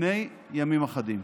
לפני ימים אחדים.